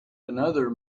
another